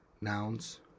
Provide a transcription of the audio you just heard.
nouns